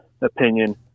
opinion